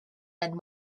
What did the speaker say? than